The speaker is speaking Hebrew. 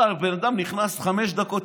הבן אדם נכנס לחמש דקות,